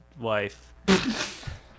wife